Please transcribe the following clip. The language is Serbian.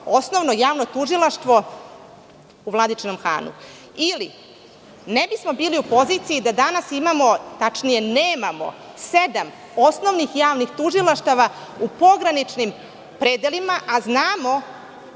Osnovno javno tužilaštvo u Vladičinom Hanu ili ne bismo bili u poziciji da danas imamo, tačnije nemamo sedam osnovnih javnih tužilaštava u pograničnim predelima, a znamo